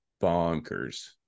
bonkers